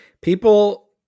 people